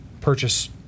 purchase